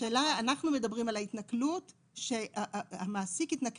אנחנו מדברים על ההתנכלות שהמעסיק התנכל